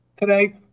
today